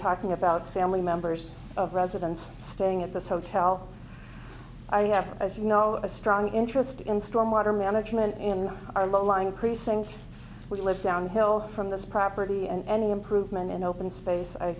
talking about family members of residents staying at this hotel i have as you know a strong interest in storm water management in our low lying precinct we lived down hill from this property and any improvement in open space i